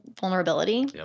vulnerability